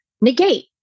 negate